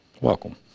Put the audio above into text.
welcome